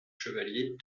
chevaliers